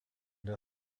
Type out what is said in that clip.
der